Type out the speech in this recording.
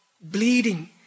bleeding